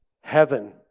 heaven